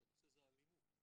רק שהנושא זה אלימות.